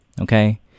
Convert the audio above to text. okay